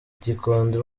gikondo